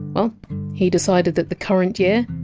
and he decided that the current year,